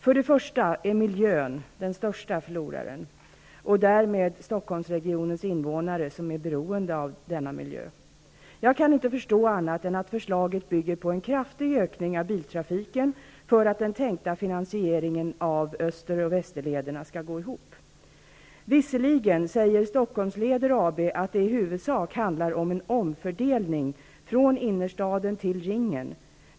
För det första är miljön den största förloraren och därmed Stockholmsregionens invånare som är beroende av denna miljö. Jag kan inte förstå annat än att förslaget bygger på en kraftig ökning av biltrafiken, för annars går den tänkta finansieringen av Öster och Västerleden inte ihop. Visserligen säger Stockholmsleder AB att det i huvudsak handlar om en omfördelning, från innerstaden till ringen.